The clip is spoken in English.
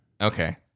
Okay